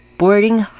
boarding